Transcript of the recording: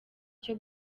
cyo